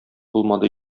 булмады